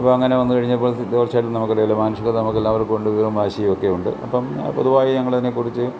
അപ്പോൾ അങ്ങനെ വന്നു കഴിഞ്ഞപ്പോൾ തീർച്ചയായും നമുക്ക് ഇടയിൽ മാനുഷികത നമുക്ക് എല്ലാവർക്കുമുണ്ട് വീറും വാശിയൊക്കെയുണ്ട് അപ്പം പൊതുവായി ഞങ്ങൾ അതിനെ കുറിച്ച്